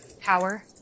power